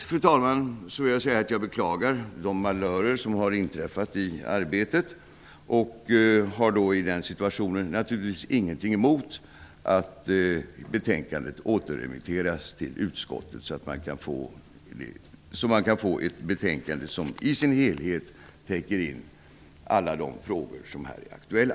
Till sist vill jag säga att jag beklagar de malörer som inträffat i arbetet. Jag har därför i rådande situation ingenting emot att betänkandet återremitteras till utskottet. På så sätt kan vi få ett betänkande som i sin helhet täcker in alla de frågor som här är aktuella.